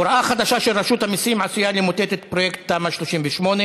הוראה חדשה של רשות המסים עשויה למוטט את פרויקט תמ"א 38,